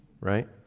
right